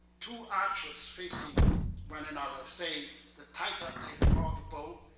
two archers facing one another, saying the tighter i draw the bow,